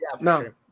No